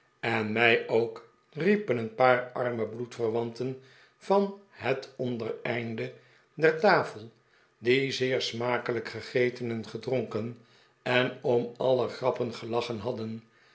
en mij ook riepen een paar arme bloedverwanten van het ondereinde der tafel die zeer smakelijk gegeten en gedronken en om alle grappen gelachen hadden